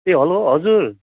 ए hello हजुर